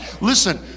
Listen